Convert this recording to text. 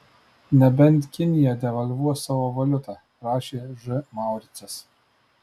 nebent kinija devalvuos savo valiutą rašė ž mauricas